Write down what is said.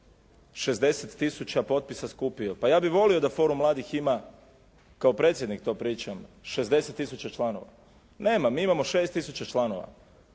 60 tisuća potpisa skupio. Pa ja bih volio da Forum mladih ima, kao predsjednik to pričam, 60 tisuća članova. Nema, mi imamo 6 tisuća članova